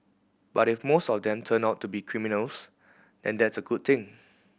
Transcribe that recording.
but if most of them turn out to be criminals then that's a good thing